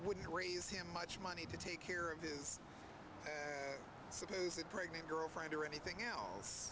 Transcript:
wouldn't raise him much money to take care of his supposed pregnant girlfriend or anything else